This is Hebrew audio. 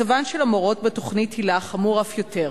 מצבן של המורות בתוכנית היל"ה חמור אף יותר,